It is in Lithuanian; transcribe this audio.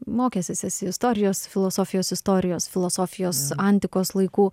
mokęsis esi istorijos filosofijos istorijos filosofijos antikos laikų